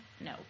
no